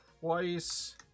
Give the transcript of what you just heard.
twice